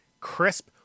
crisp